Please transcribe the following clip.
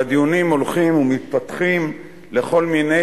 והדיונים הולכים ומתפתחים לכל מיני